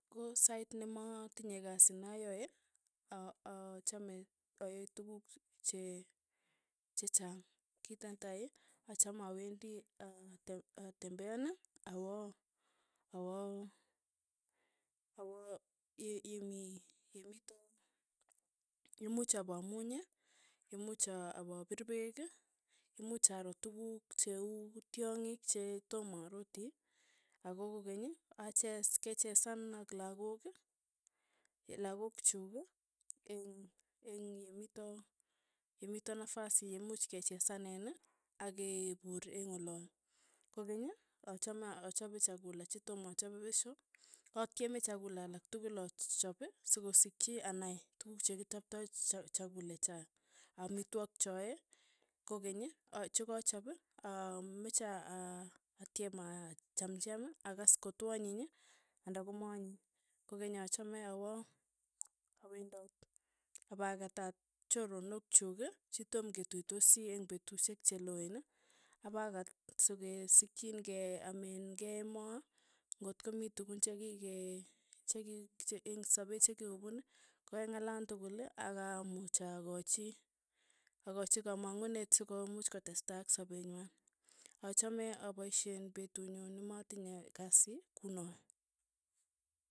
Ko sait nematinye kasi nayae, a- achame ayai tukuk che chechaang, kit netai, achame awendi a- atemb atembeani awa- awa- awa ye- ye yemii yemito imuch apamuuny, imuuch a- apa pir peek, imuch aro tukuk che uu tyongik che toma aroti, ako kokeny ii, aches kechesan ak lakok. lakok chuk ii eng'- eng' yemito yemito nafasi yemuch kechesanen ake puur eng' olon, kokenyi. achame achape chakula chetoma achape peshio, atyeme chakula alak tukul achap ii, sikosikchi anai tukuk chekichptoi cha- chakula chet, amitwogik choe kokeny a chakachap ameche a- atyem achamcham akas ko to anyiny, anda ko ma anyiny. kokeny achame awa awendot. apakatat choronok chuk chitom ketuisoti eng' petushek che loeen, apakat sikesikchin ke amen kei emoo. ng'ot komii tukun chekikee cheki chek eng' sapee chekikopun keng'alal tukul ak amuch akochi akochi kamang'unet sikomuch kotestai ak sapeenywan, achame apaishen petuunyu nimatinye kasi kunaee.